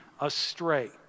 astray